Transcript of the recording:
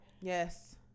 Yes